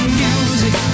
music